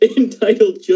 entitled